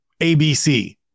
ABC